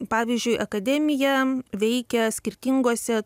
pavyzdžiui akademija veikia skirtinguose